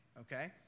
Okay